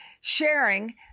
sharing